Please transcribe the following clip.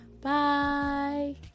Bye